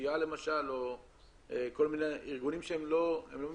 פשיעה או כל מיני ארגונים שהם לא ממשלתיים.